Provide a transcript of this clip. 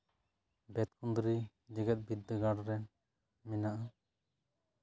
ᱵᱮᱸᱛᱠᱩᱸᱫᱽᱨᱤ ᱡᱮᱸᱜᱮᱫ ᱵᱤᱫᱽᱫᱟᱹᱜᱟᱲ ᱨᱮ ᱢᱮᱱᱟᱜᱼᱟ